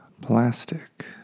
plastic